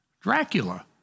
Dracula